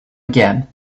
again